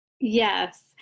Yes